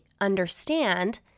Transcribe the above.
understand